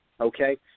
Okay